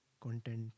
content